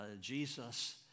Jesus